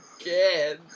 again